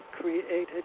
created